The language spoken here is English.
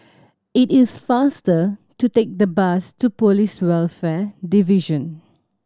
it is faster to take the bus to Police Welfare Division